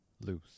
loose